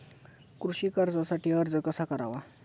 कृषी कर्जासाठी अर्ज कसा करावा?